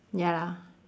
ya lah